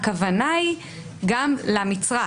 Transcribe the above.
הכוונה היא גם למצרך.